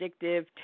addictive